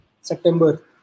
September